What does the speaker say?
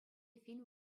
фильм